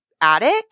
attic